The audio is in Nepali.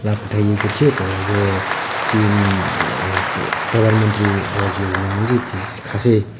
लाभ उठाइएको थियो तर यो पी एम प्रधानमन्त्री आवास योजनामा चाहिँ त्यो खासै